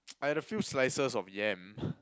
I had a few slices of yam